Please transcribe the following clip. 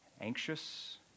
anxious